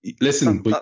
Listen